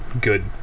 good